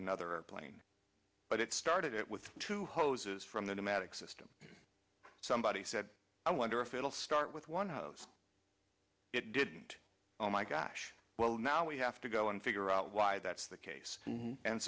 another plane but it started it with two hoses from the domestic system somebody said i wonder if it'll start with one hose it didn't oh my gosh well now we have to go and figure out why that's the case